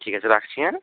ঠিক আছে রাখছি হ্যাঁ